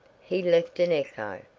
he left an echo.